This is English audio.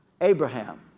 Abraham